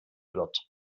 wird